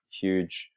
huge